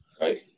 Right